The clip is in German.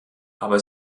aber